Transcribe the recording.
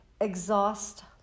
exhaust